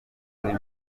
kuri